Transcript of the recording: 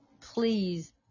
please